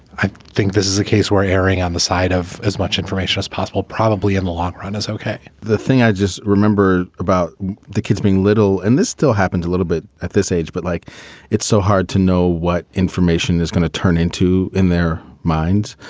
i think this is a case where erring on the side of as much information as possible, probably in the long run is ok the thing i just remember about the kids being little and this still happens a little bit at this age, but like it's so hard to know what information is going to turn into in their minds.